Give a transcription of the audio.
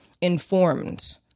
informed